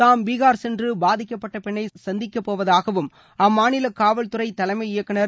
தாம் பீஹார் சென்று பாதிக்கப்பட்ட பெண்னை சந்திக்கப்போவதாகவும் அம்மாநில காவல்துறை தலைமை இயக்குநர்